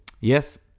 yes